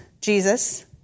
Jesus